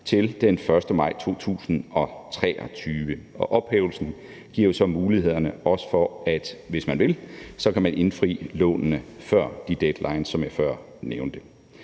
til den 1. maj 2023, og ophævelsen giver jo så mulighed for, hvis man vil, at indfri lånene før de deadlines, som jeg nævnte